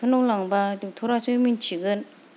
doctor नाव लांबा doctor आसो मिथिगोन